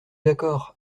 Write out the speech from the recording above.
d’accord